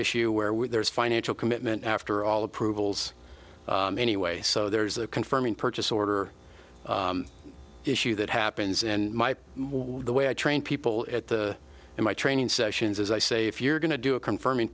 issue where when there is financial commitment after all approvals anyway so there's a confirming purchase order issue that happens and my the way i train people at the in my training sessions as i say if you're going to do a confirming